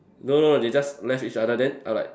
no no they just left each other then I like